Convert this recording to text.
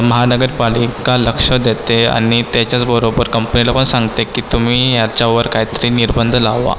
महानगरपालिका लक्ष देते आणि त्याच्याचबरोबर कंपनीलापण सांगते की तुम्ही याच्यावर काहीतरी निर्बंध लावा